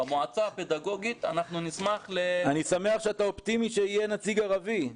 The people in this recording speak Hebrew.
במועצה הפדגוגית אנחנו נשמח -- אני שמח שאתה אופטימי שיהיה נציג ערבי.